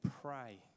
pray